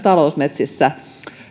talousmetsissä